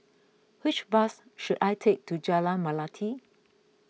which bus should I take to Jalan Melati